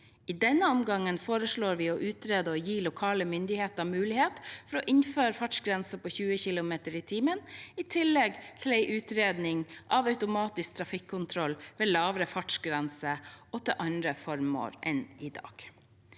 I denne omgangen foreslår vi å utrede det å gi lokale myndigheter mulighet til å innføre fartsgrense på 20 km/t, i tillegg til en utredning av automatisk trafikkontroll ved lavere fartsgrense og til andre formål enn i dag.